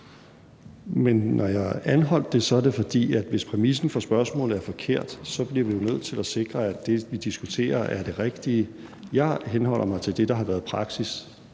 Men når jeg anholdt det, er det, fordi vi jo, hvis præmissen for spørgsmålet er forkert, bliver nødt til at sikre, at det, vi diskuterer, er det rigtige. Jeg henholder mig til det, der har været praksis,